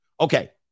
Okay